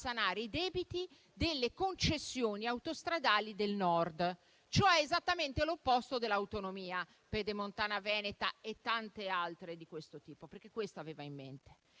sanare i debiti delle concessioni autostradali del Nord (cioè esattamente l'opposto dell'autonomia), della Pedemontana veneta e di tante altre di questo tipo, perché questo aveva in mente